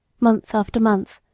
month after month,